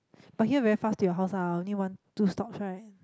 but here very fast to your house ah only one two stops right